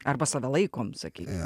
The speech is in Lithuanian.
arba save laikom sakykim